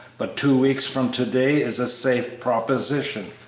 but two weeks from to-day is a safe proposition,